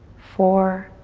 four,